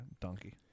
donkey